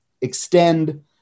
extend